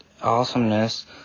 awesomeness